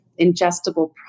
ingestible